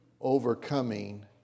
Overcoming